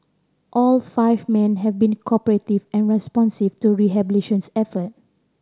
all five men have been cooperative and responsive to rehabilitation effort